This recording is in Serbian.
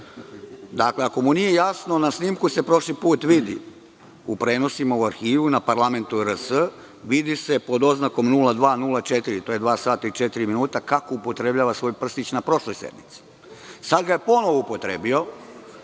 prstić. Dakle, ako mu nije jasno, na snimku se prošli put vidi, u prenosima, u arhivu, na parlament.rs vidi se pod oznakom 0204, to je dva sata i četiri minute, kako upotrebljava svoj prstić na prošloj sednici. Sada ga je ponovo upotrebio.